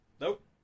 Nope